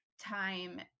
time